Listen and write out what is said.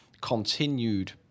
continued